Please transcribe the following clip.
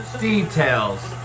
Details